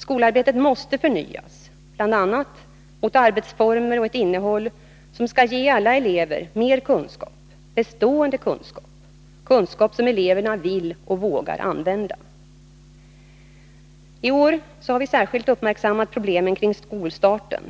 Skolarbetet måste förnyas bl.a. mot arbetsformer och ett innehåll som skall ge alla elever mer kunskaper, bestående kunskaper, kunskap som eleverna vill och vågar använda. Detta år har vi särskilt uppmärksammat problemen omkring skolstarten